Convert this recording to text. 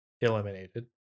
eliminated